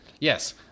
yes